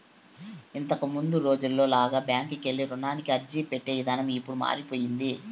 ఇంతకముందు రోజుల్లో లాగా బ్యాంకుకెళ్ళి రుణానికి అర్జీపెట్టే ఇదానం ఇప్పుడు మారిపొయ్యింది